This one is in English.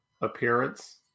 appearance